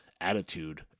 attitude